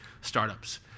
startups